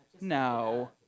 No